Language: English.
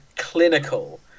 clinical